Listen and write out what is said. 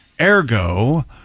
Ergo